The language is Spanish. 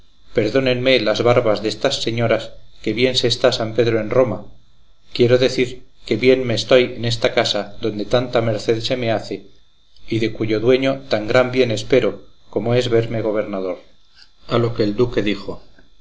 perdónenme las barbas destas señoras que bien se está san pedro en roma quiero decir que bien me estoy en esta casa donde tanta merced se me hace y de cuyo dueño tan gran bien espero como es verme gobernador a lo que el duque dijo